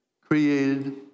created